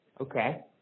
Okay